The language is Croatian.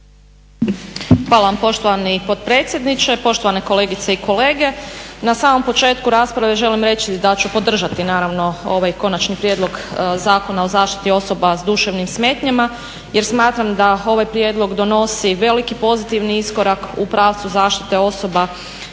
Hvala vam poštovani potpredsjedniče, poštovane kolegice i kolege. Na samom početku rasprave želim reći da ću podržati naravno ovaj Konačni prijedlog zakona o zaštiti osoba sa duševnim smetnjama jer smatram da ovaj prijedlog donosi veliki pozitivni iskorak u pravcu zaštite osoba